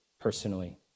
personally